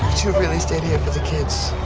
really stayed here for the kids?